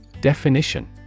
Definition